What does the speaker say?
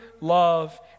love